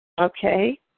Okay